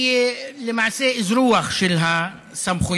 אני אתחיל קודם כול בהתייחסות לחוק